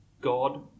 God